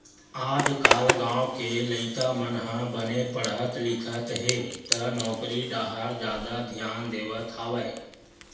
आजकाल गाँव के लइका मन ह बने पड़हत लिखत हे त नउकरी डाहर जादा धियान देवत हवय